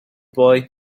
boy